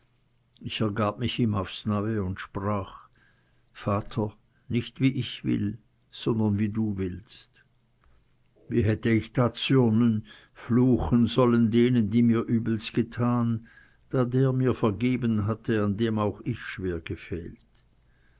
ich ergab mich ihm aufs neue und sprach vater nicht wie ich will sondern wie du willst wie hätte ich da zürnen fluchen sollen denen die mir uebels getan da der mir vergeben hatte an dem auch ich schwer